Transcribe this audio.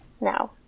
No